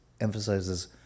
emphasizes